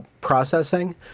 processing